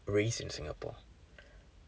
race in Singapore